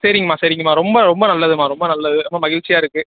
சரிங்கம்மா சரிங்கம்மா ரொம்ப ரொம்ப நல்லதும்மா ரொம்ப நல்லது ரொம்ப மகிழ்ச்சியா இருக்குது